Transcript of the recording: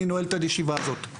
אני נועל את הישיבה הזאת.